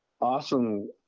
awesome